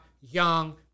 young